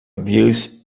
abuse